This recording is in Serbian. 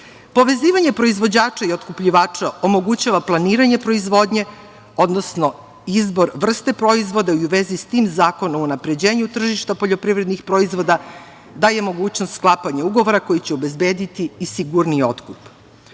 proizvoda. Povezivanja proizvođača i otkupljivača omogućava planiranje proizvodnje, odnosno izbor vrste proizvoda i u vezi sa tim Zakon o unapređenju tržišta poljoprivrednih proizvoda daje mogućnost sklapanju ugovora koji će obezbediti i sigurniji otkup. Ovaj